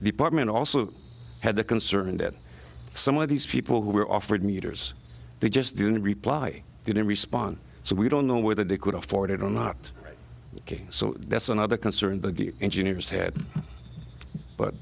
department also had the concern that some of these people who were offered meters they just didn't reply didn't respond so we don't know whether to could afford it or not so that's another concern the engineers had but